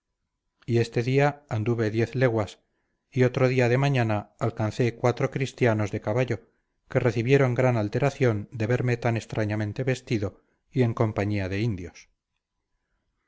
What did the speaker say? y este día anduve diez leguas y otro día de mañana alcancé cuatro cristianos de caballo que recibieron gran alteración de verme tan extrañamente vestido y en compañía de indios